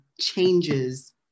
changes